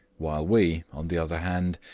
while we, on the other hand,